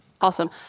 Awesome